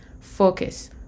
focus